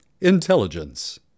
intelligence